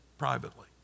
Privately